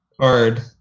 card